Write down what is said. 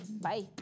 Bye